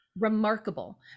remarkable